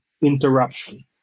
interruption